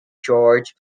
george